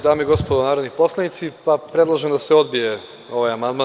Dame i gospodo narodni poslanici, predlažem da se odbije ovaj amandman.